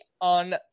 on